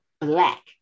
black